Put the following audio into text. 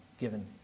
given